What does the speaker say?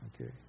Okay